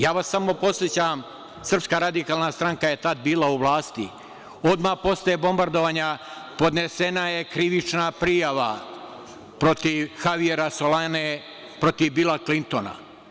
Ja vas samo podsećam, SRS je tada bila u vlasti, odmah posle bombardovanja podnesena je krivična prijava protiv Havijera Solane, protiv Bila Klintona.